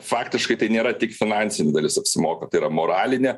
faktiškai tai nėra tik finansinė dalis apsimoka tai yra moralinė